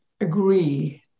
agree